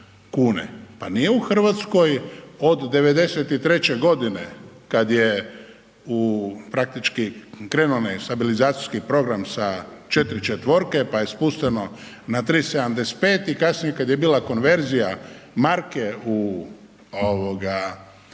pa nije u Hrvatskoj od '93. godine kad je u, praktički krenuo onaj stabilizacijski program sa 4 četvorke, pa je spušteno na 3,75 i kasnije kad je bila konverzija marke u ovoga